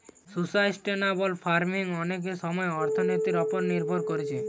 sustainable farming অনেক সময় অর্থনীতির উপর নির্ভর কোরছে